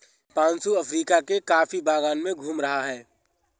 Deepanshu Africa के coffee बागान में घूम रहा है